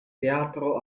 teatro